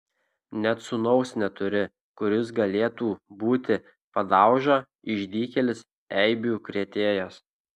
net sūnaus neturi kuris galėtų būti padauža išdykėlis eibių krėtėjas